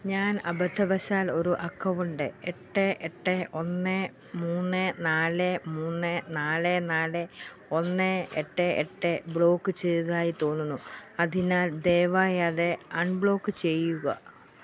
ഞാൻ അബദ്ധവശാൽ ഒരു അക്കൗണ്ട് എട്ട് എട്ട് ഒന്ന് മുന്ന് നാല് മൂന്ന് നാല് നാല് ഒന്ന് എട്ട് എട്ട് ബ്ലോക്ക് ചെയ്തതായി തോന്നുന്നു അതിനാൽ ദയവായി അത് അൺബ്ലോക്ക് ചെയ്യുക